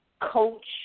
coach